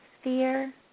sphere